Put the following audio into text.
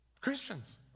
Christians